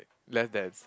less dense